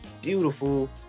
beautiful